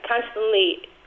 constantly